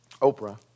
Oprah